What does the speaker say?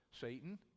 Satan